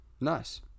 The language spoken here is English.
Nice